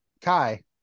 Kai